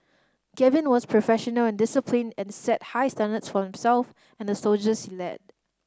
Gavin was professional and disciplined and set high standards for himself and the soldiers he led